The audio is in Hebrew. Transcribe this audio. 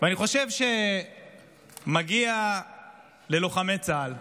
אני חושב שמגיע ללוחמי צה"ל,